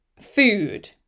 Food